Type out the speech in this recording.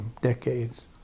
decades